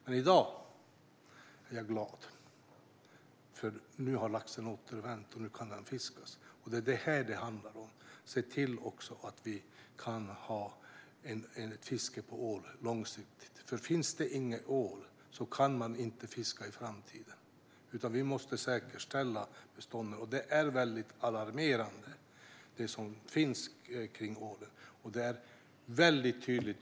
Men i dag är jag glad eftersom laxen nu har återvänt. Nu kan den fiskas. Det är vad denna fråga handlar om, nämligen att ha ett fiske på ål långsiktigt. Om det inte finns ål kan den inte fiskas i framtiden. Vi måste säkerställa bestånden. Den situation som råder med ålen är alarmerande.